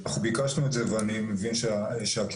אנחנו ביקשנו את זה ואני מבין שהכיוון